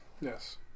Yes